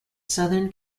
southern